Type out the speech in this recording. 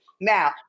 Now